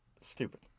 stupid